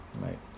right